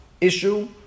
issue